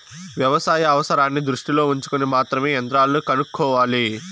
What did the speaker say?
వ్యవసాయ అవసరాన్ని దృష్టిలో ఉంచుకొని మాత్రమే యంత్రాలను కొనుక్కోవాలి